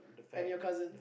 and your cousin